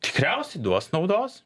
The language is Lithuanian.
tikriausiai duos naudos